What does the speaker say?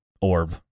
orb